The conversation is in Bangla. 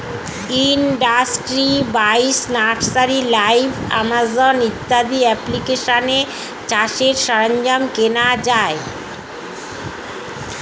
ইন্ডাস্ট্রি বাইশ, নার্সারি লাইভ, আমাজন ইত্যাদি অ্যাপ্লিকেশানে চাষের সরঞ্জাম কেনা যায়